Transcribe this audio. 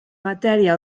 matèria